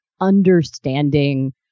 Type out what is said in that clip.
understanding